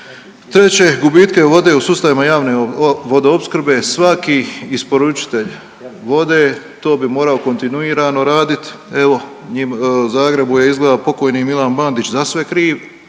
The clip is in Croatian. Treće, gubitke vode u sustavima javne vodoopskrbe, svaki isporučitelj vode to bi morao kontinuirano radit. Evo u Zagrebu je izgleda pokojni Milan Bandić za sve kriv,